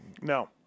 No